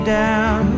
down